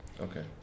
Okay